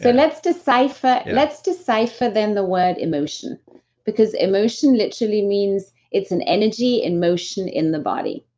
but let's decipher let's decipher then the word emotion because emotion literally means it's an energy in motion in the body.